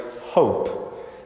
hope